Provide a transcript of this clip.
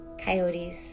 coyotes